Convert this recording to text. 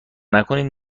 نکنین